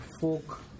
folk